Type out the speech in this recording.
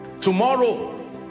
Tomorrow